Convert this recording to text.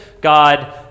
God